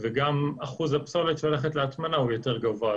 וגם אחוז הפסולת שהולכת להטמנה הוא יותר גבוה.